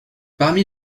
parmi